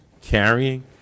carrying